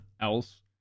else